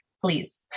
please